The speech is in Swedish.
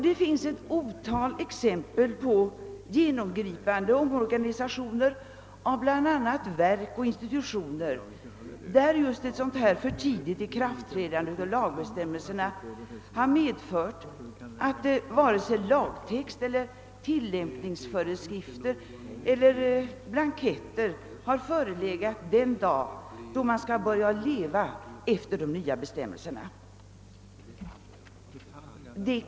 Det finns ett otal exempel på genomgripande omorganisationer av bl.a. verk och institutioner där just ett för tidigt ikraftträdande av lagbestämmelserna har medfört att varken lagtext eller tillämpningsföreskrifter eller blanketter har förelegat den dag då man skall börja leva efter de nya bestämmelserna.